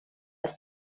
ist